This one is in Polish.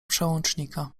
przełącznika